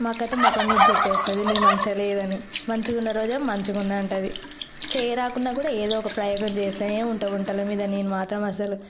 మా అక్కయితే మఖం మీద చెప్పేస్తుంది ఎం మంచిగా లేదని మంచిగున్న రోజు మంచిగ ఉంది అంటుంది చేయరాకున్నా కూడ ఏదో ఓక ప్రయోగం చేస్తూనే ఉంట వంటల మీద నేను మాత్రం అసలు